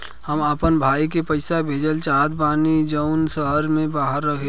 हम अपना भाई के पइसा भेजल चाहत बानी जउन शहर से बाहर रहेला